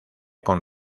con